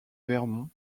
vermont